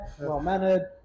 well-mannered